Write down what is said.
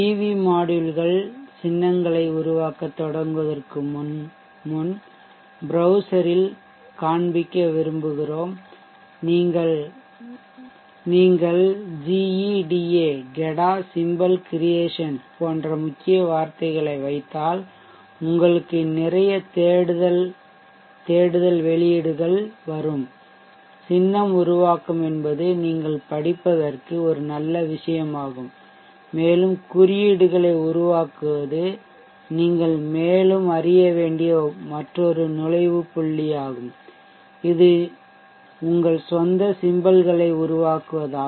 we மாட்யூல்கள் சின்னங்களை உருவாக்கத் தொடங்குவதற்கு முன் ப்ரௌசர் இல் காண்பிக்க விரும்புகிறோம் நீங்கள் Geda symbol creation போன்ற முக்கிய வார்த்தைகளை வைத்தால் உங்களுக்கு நிறைய தேடல் வெளியீடுகள் வரும் சின்னம் உருவாக்கம் என்பது நீங்கள் படிப்பதற்கு ஒரு நல்ல விஷயமாகும் மேலும் குறியீடுகளை உருவாக்குவது நீங்கள் மேலும் அறியவேண்டிய மற்றொரு நுழைவு புள்ளியாகும் இது உங்கள் சொந்த சிம்பல் களை உருவாக்குவதாகும்